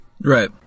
Right